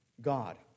God